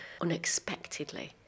unexpectedly